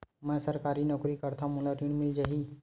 मै सरकारी नौकरी करथव मोला ऋण मिल जाही?